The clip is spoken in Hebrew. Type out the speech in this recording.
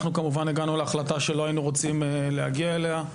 אנחנו כמובן הגענו להחלטה שלא היינו רוצים להגיע אליה,